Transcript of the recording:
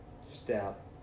step